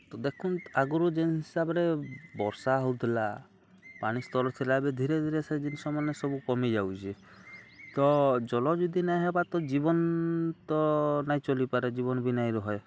ତ ଦେଖନ୍ତୁ ଆଗରୁ ଯେନ୍ ହିସାବରେ ବର୍ଷା ହଉଥିଲା ପାଣି ସ୍ତର ଥିଲା ଏବେ ଧୀରେ ଧୀରେ ସେ ଜିନିଷ ମାନେ ସବୁ କମି ଯାଉଛେ ତ ଜଳ ଯଦି ନାଇଁ ହେବା ତ ଜୀବନ ତ ନାଇଁ ଚଳିପାରେ ଜୀବନ ବି ନାଇଁ ରହେ